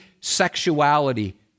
Sexuality